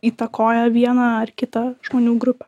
įtakoja vieną ar kitą žmonių grupę